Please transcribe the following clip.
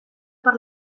per